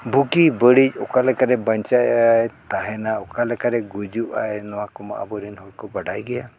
ᱵᱷᱩᱜᱤ ᱵᱟᱹᱲᱤᱡ ᱚᱠᱟ ᱞᱮᱠᱟ ᱵᱟᱧᱪᱟᱜᱟᱭ ᱛᱟᱦᱮᱱᱟ ᱚᱠᱟᱞᱮᱠᱟᱨᱮ ᱜᱩᱡᱩᱜ ᱟᱭ ᱱᱚᱣᱟ ᱠᱚᱢᱟ ᱟᱵᱚᱨᱮᱱ ᱦᱚᱲ ᱠᱚ ᱵᱟᱰᱟᱭ ᱜᱮᱭᱟ